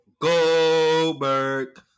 Goldberg